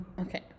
Okay